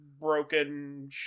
broken